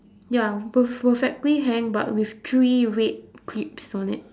ya perf~ perfectly hanged but with three red clips on it